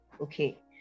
okay